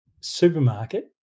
supermarket